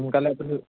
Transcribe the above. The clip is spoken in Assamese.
সোনকালেতো